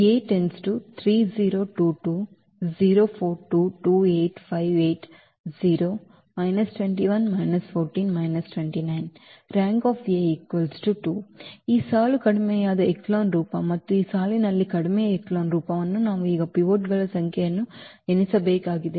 ಇದು ಸಾಲು ಕಡಿಮೆಯಾದ ಎಚೆಲಾನ್ ರೂಪ ಮತ್ತು ಈ ಸಾಲಿನಲ್ಲಿ ಕಡಿಮೆ ಎಚೆಲಾನ್ ರೂಪವನ್ನು ನಾವು ಈಗ ಪಿವೋಟ್ಗಳ ಸಂಖ್ಯೆಯನ್ನು ಎಣಿಸಬೇಕಾಗಿದೆ